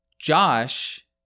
Josh